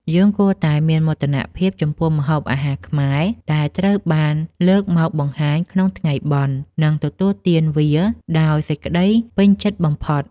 យើងគួរតែមានមោទនភាពចំពោះម្ហូបអាហារខ្មែរ ដែលត្រូវបានលើកមកបង្ហាញក្នុងថ្ងៃបុណ្យ និងទទួលទានវាដោយសេចក្តីពេញចិត្តបំផុត។